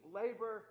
labor